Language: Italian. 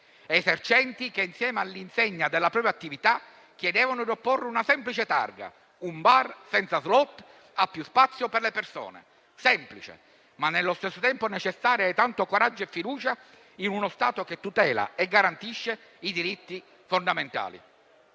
esercenti, insieme all'insegna della propria attività, chiedevano di apporre una semplice targa, con scritto: «Un bar senza *slot* ha più spazio per le persone»: semplice, ma nello stesso tempo necessaria di tanto coraggio e fiducia in uno Stato che tutela e garantisce i diritti fondamentali.